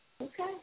Okay